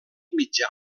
mitjà